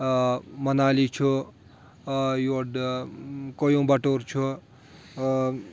منالی چھُ یور کویُم بَٹور چھُ